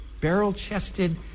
barrel-chested